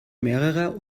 mehrerer